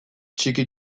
txiki